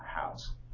house